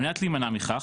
על מנת להימנע מכך,